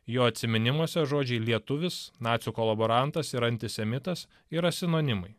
jo atsiminimuose žodžiai lietuvis nacių kolaborantas ir antisemitas yra sinonimai